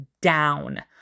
down